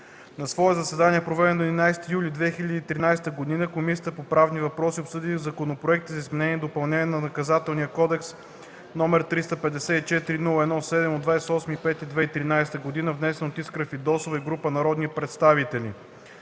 На свое заседание, проведено на 11 юли 2013 г., Комисията по правни въпроси обсъди законопроектите за изменение и допълнение на Наказателния кодекс № 354-01-7 от 28 май 2013 г., внесен от Искра Фидосова и група народни представители,